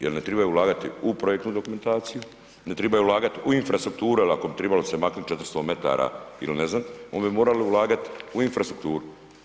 Jer ne trebaju ulagati u projektnu dokumentaciju, ne trebaju ulagati u infrastrukturu, jer ako bi trebalo se maknuti 400 m, ili ne znam, onda bi morali ulagati u infrastrukturu.